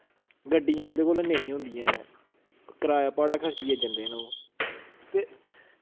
गड्डियां उं'दे कोल नेईं होंदियां ऐं कराया भाड़ा खर्चियै जन्दे न ओह् ते